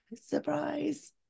Surprise